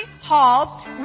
Hall